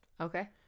Okay